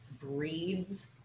breeds